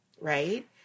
right